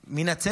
מן הצדק,